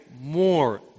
more